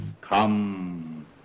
Come